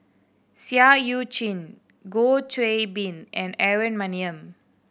Seah Eu Chin Goh Qiu Bin and Aaron Maniam